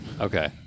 Okay